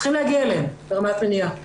צריכים להגיע אליהם ברמת מניעה.